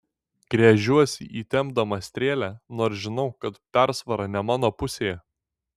gręžiuosi įtempdama strėlę nors žinau kad persvara ne mano pusėje